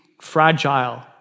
fragile